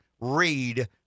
read